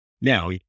Now